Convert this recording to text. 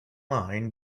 line